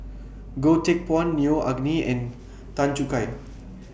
Goh Teck Phuan Neo Anngee and Tan Choo Kai